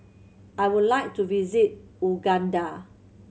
I would like to visit Uganda